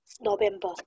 November